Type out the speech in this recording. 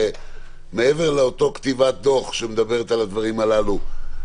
מעבר לאותה כתיבת דוח שמדברת על הדברים הללו,